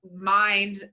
mind